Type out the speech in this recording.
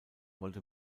wollte